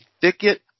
thicket